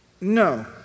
No